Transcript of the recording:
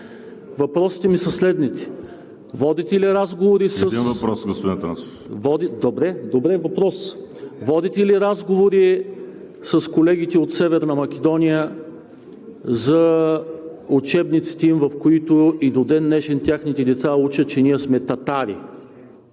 въпрос: водите ли разговори с колегите от Северна Македония за учебниците им, в които и до ден днешен техните деца учат, че ние сме татари?